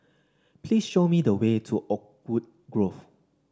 please show me the way to Oakwood Grove